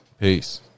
Peace